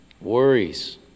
worries